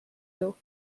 though